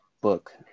book